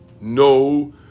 No